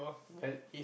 well